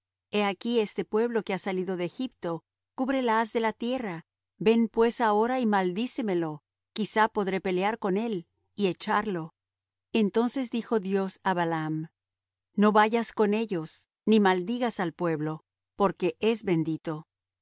aquí este pueblo que ha salido de egipto cubre la haz de la tierra ven pues ahora y maldícemelo quizá podré pelear con él y echarlo entonces dijo dios á balaam no vayas con ellos ni maldigas al pueblo porque es bendito